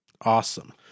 awesome